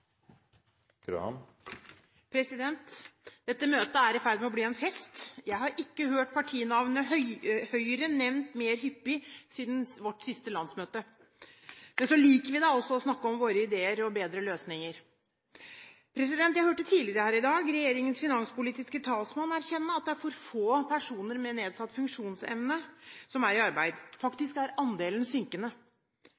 forsvant. Dette møtet er i ferd med å bli en fest. Jeg har ikke hørt partinavnet Høyre nevnt hyppigere siden vårt siste landsmøte, men så liker vi da også å snakke om våre ideer og bedre løsninger. Jeg hørte tidligere her i dag regjeringens finanspolitiske talsmann erkjenne at det er for få personer med nedsatt funksjonsevne som er i arbeid